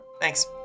Thanks